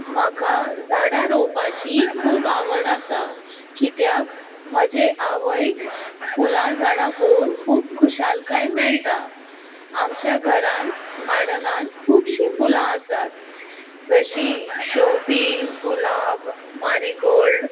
म्हाका झाडां रोंवपाची खूब आवड आसा कित्याक म्हजे आवयक फुलां झाडां पोळोवन खूब खुशालकाय मेळटा आमच्या घरान गार्डनान खुबशीं फुलां आसात जर अशीं शेंवतीं गुलाब मारीगोल्ड